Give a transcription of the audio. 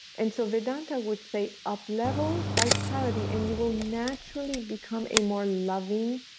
and so vedanta would say up level vitality and you will naturally become a more loving,